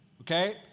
okay